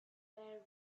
air